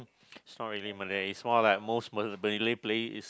it's not really Malays it's more like most Malay